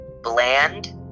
bland